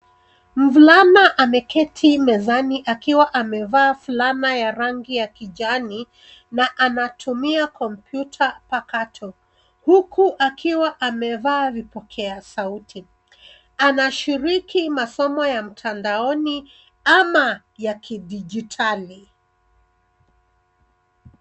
Mvulana ameketi mezani akiwa amevaa fulana ya rangi ya kijani na anatumia kompyuta pakato, huku akiwa amevaa vipokea sauti. Anashiriki masomo ya mtandaoni ama ya kidigitali.